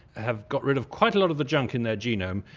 have got rid of quite a lot of the junk in their genome,